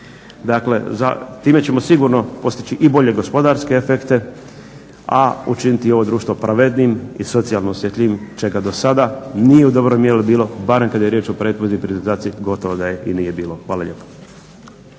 Dakle time ćemo sigurno postići i bolje gospodarske efekte, a učiniti ovo društvo pravednijim i socijalno osjetljivim čega do sada nije u dobroj mjeri bilo, barem kada je riječ o pretvorbi i privatizaciji gotovo da ih i nije bilo. Hvala lijepo.